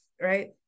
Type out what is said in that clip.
Right